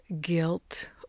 guilt